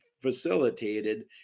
facilitated